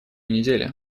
недели